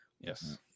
Yes